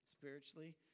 spiritually